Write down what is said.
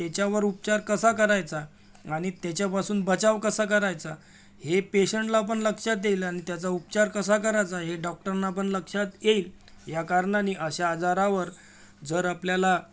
तर त्याच्यावर उपचार कसा करायचा आणि त्याच्यापासून बचाव कसा करायचा हे पेशंटला पण लक्षात येईल आणि त्याचा उपचार कसा करायचा हे डॉक्टरना पण लक्षात येईल ह्या कारणानी अशा आजारावर जर आपल्याला